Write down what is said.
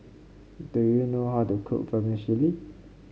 do you know how to cook Vermicelli